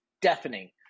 deafening